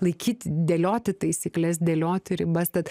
laikyti dėlioti taisykles dėlioti ribas tad